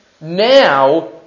now